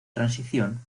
transición